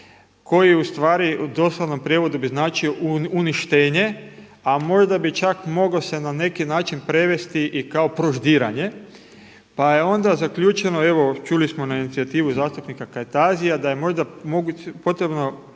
koji ustvari u doslovnom prijevodu bi značio uništenje a možda bi čak mogao se na neki način prevesti i kao proždiranje. Pa je onda zaključeno evo, čuli smo na inicijativu zastupnika Kajtazija da je možda moguće,